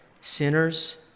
sinners